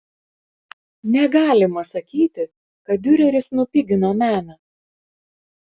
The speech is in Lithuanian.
negalima sakyti kad diureris nupigino meną